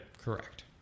Correct